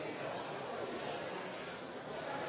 i at